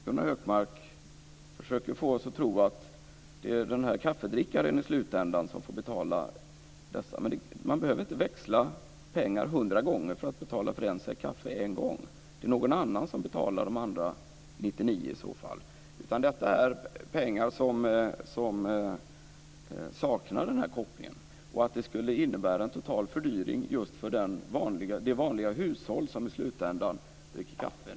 Gunnar Hökmark försöker få oss att tro att det är den här kaffedrickaren i slutändan som får betala för dessa. Men man behöver inte växla pengar hundra gånger för att betala för en säck kaffe en gång. Det är i så fall någon annan som betalar för de andra 99 gångerna. Detta är pengar som saknar den här kopplingen. Det här innebär inte en total fördyring just för det vanliga hushåll där man i slutändan dricker kaffe.